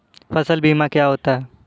फसल बीमा क्या होता है?